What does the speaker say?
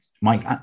Mike